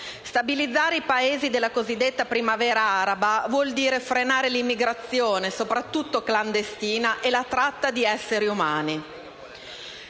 Stabilizzare i Paesi della cosiddetta primavera araba vuol dire frenare l'immigrazione, soprattutto clandestina, e la tratta di esseri umani.